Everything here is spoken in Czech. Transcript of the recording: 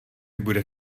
bude